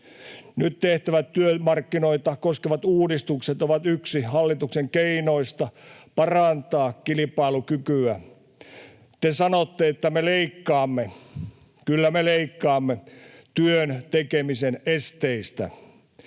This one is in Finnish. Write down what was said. Nyt tehtävät työmarkkinoita koskevat uudistukset ovat yksi hallituksen keinoista parantaa kilpailukykyä. Te sanotte, että me leikkaamme. Kyllä me leikkaamme — työn tekemisen esteistä.